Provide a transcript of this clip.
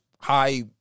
high